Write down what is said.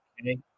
Okay